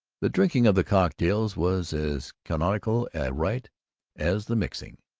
the drinking of the cocktails was as canonical a rite as the mixing.